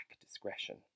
discretion